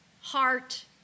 heart